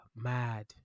mad